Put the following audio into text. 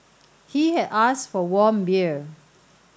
he had asked for warm beer